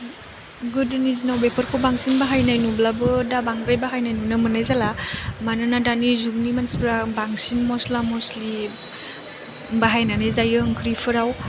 गोदोनि दिनाव बेफोरखौ बांसिन बाहायनाय नुब्लाबो दा बांद्राय बाहायनाय नुनो मोन्नाय जाला मानोना दानि जुगनि मानसिफ्रा बांसिन मस्ला मस्लि बाहायनानै जायो ओंख्रिफोराव